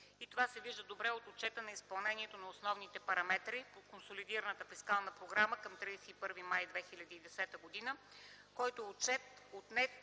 г. Това се вижда най-добре от отчета за изпълнението на основните параметри на Консолидираната фискална програма към 31 май 2010 г., който отчет, отнесен